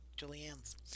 Julianne's